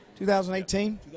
2018